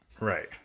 right